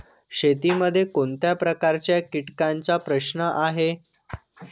शेतीमध्ये कोणत्या प्रकारच्या कीटकांचा प्रश्न आहे?